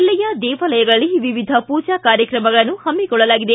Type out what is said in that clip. ಜಿಲ್ಲೆಯ ದೇವಾಲಯಗಳಲ್ಲಿ ವಿವಿಧ ಪೂಜಾ ಕಾರ್ಯಕ್ರಮಗಳನ್ನು ಪಮ್ಸಿಕೊಳ್ಳಲಾಗಿದೆ